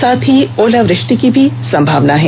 साथ ही ओला वृष्टि की भी संभावना है